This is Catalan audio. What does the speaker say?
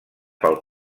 pel